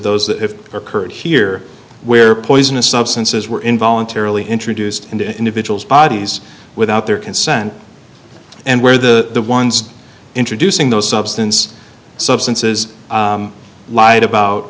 those that have per current here where poisonous substances were in voluntarily introduced into individuals bodies without their consent and were the ones introducing those substance substances lied about